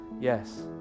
yes